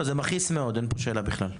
זה מכעיס מאוד, אין פה שאלה בכלל.